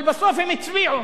אבל בסוף הם הצביעו,